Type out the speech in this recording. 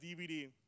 DVD